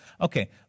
Okay